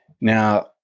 Now